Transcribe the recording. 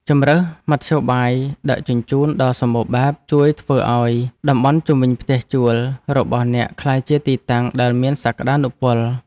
ជម្រើសមធ្យោបាយដឹកជញ្ជូនដ៏សម្បូរបែបជួយធ្វើឱ្យតំបន់ជុំវិញផ្ទះជួលរបស់អ្នកក្លាយជាទីតាំងដែលមានសក្តានុពល។